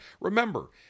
remember